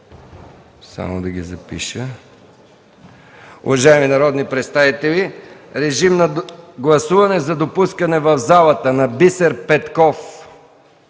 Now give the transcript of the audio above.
Благодаря Ви. Уважаеми народни представители, режим на гласуване за допускане в залата на Бисер Петков